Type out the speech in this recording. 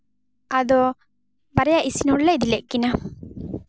ᱟᱫᱚ ᱵᱟᱨᱭᱟ ᱤᱥᱤᱱ ᱦᱚᱲᱞᱮ ᱤᱫᱤ ᱞᱮᱜ ᱠᱤᱱᱟ